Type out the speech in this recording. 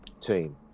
team